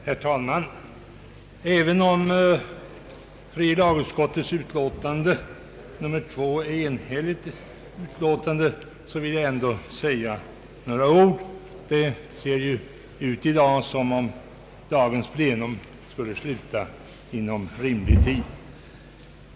Herr talman! Trots att tredje lagutskottets utlåtande nr 2 är enhälligt vill jag säga några ord. Det ser ju ut som om dagens plenum skulle sluta inom rimlig tid.